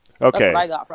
Okay